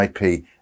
IP